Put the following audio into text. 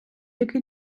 який